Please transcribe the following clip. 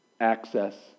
access